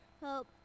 Help